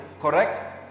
correct